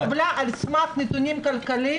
זאת אומרת שההחלטה התקבלה על סמך נתונים כלכליים